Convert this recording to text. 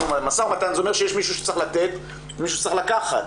משא ומתן זה אומר שיש מישהו שצריך לתת ומישהו שצריך לקחת.